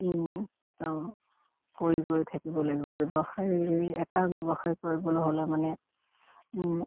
কৰি কৰি থাকিব লাগিব ব্যৱসায় এটা ব্যৱসায় কৰিবলৈ হ'লে মানে